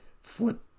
flip